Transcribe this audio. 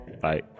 Bye